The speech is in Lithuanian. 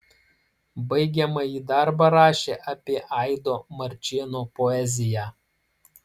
baigiamąjį darbą rašė apie aido marčėno poeziją